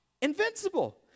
Invincible